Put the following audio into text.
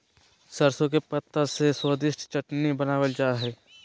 सरसों के पत्ता से स्वादिष्ट चटनी बनावल जा हइ